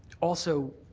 also,